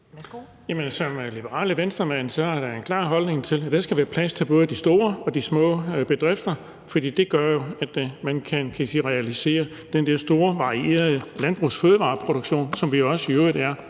som liberal Venstremand har jeg da en klar holdning om, at der skal være plads til både de store og de små bedrifter, for det gør jo, at man kan realisere den der store varierede landbrugs- og fødevareproduktion, som vi i øvrigt